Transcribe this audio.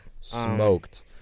smoked